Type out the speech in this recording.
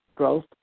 growth